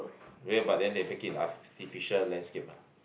real but then they make it an artificial landscape ah